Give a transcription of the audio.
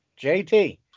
JT